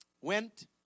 Went